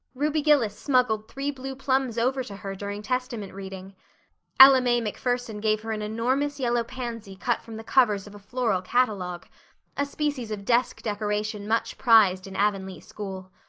ruby gillis smuggled three blue plums over to her during testament reading ella may macpherson gave her an enormous yellow pansy cut from the covers of a floral catalogue a species of desk decoration much prized in avonlea school.